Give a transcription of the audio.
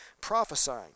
prophesying